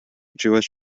jewish